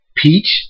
peach